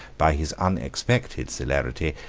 by his unexpected celerity,